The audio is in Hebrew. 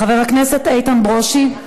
חבר הכנסת איתן ברושי.